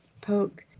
poke